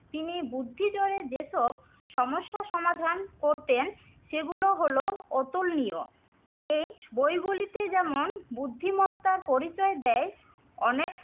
তিনি বুদ্ধির জোরে যেসব সমস্যা সমাধান করতেন সেগুলো হল অতুলনীয় এই বইগুলিতে যেমন বুদ্ধিমত্তার পরিচয় দেয় অনেক